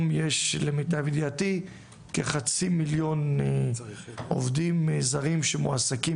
יש למיטב ידיעתי כחצי מיליון עובדים זרים שמועסקים